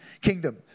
kingdom